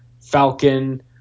Falcon